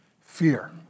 Fear